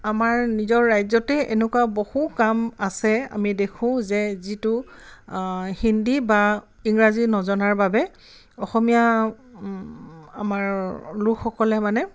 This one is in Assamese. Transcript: আমাৰ নিজৰ ৰাজ্যতে এনেকুৱা বহু কাম আছে আমি দেখোঁ যে যিটো হিন্দী বা ইংৰাজী নজনাৰ বাবে অসমীয়া আমাৰ লোকসকলে মানে